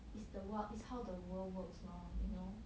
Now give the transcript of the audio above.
is the what is how the world works lor you know